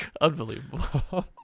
Unbelievable